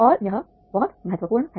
और यह बहुत महत्वपूर्ण है